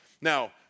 Now